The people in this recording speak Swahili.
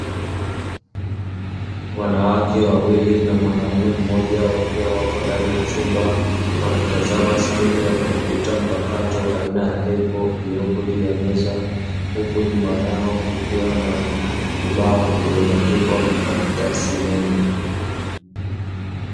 Wanawake wawili na mwanaume mmoja wakiwa wako ndani ya chumba wanatazama skirini ya komputa mpakato aina ya epo, iliyopo juu ya meza huku nyuma yao kukiwa na ubao uliobandikwa makaratasi mengi.